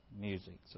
music